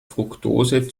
fruktose